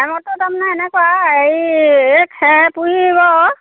চাইমদটোৰ দাম এনেকুৱা হেৰি এই খেৰপুলি